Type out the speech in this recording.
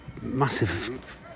massive